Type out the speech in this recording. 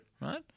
Right